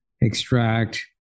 extract